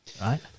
right